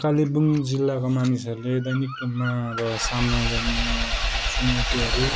कालिम्पुङ जिल्लाका मानिसहरूले दैनिक रूपमा अब सामना गर्ने चुनौतीहरू